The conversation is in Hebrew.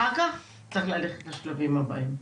אחר כך צריך ללכת לשלבים הבאים.